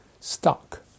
stuck